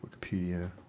Wikipedia